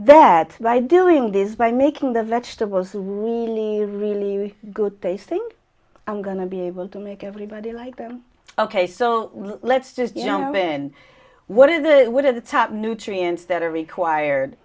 that by doing this by making the vegetables who will be really good they think i'm going to be able to make everybody like them ok so let's just you know i'm in what is it what are the top nutrients that are required